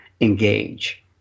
engage